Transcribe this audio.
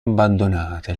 abbandonata